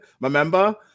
remember